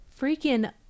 freaking